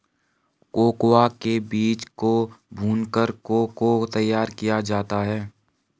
cocoa के बीज को भूनकर को को तैयार किया जाता है